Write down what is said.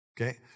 Okay